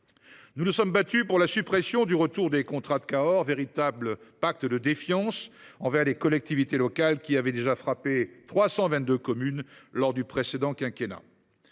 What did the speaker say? Nous nous sommes battus pour la suppression du retour des contrats de Cahors, véritables pactes de défiance envers les collectivités locales qui avaient déjà frappé 322 communes lors du précédent quinquennat.